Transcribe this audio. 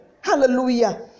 hallelujah